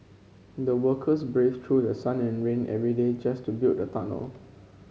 the workers braved through sun and rain every day just to build the tunnel